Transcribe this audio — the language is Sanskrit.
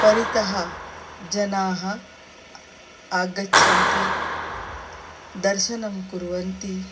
परितः जनाः आगच्छन्ति दर्शनं कुर्वन्ति